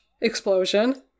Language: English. explosion